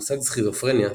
המושג "סכיזופרניה,